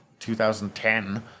2010